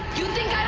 you think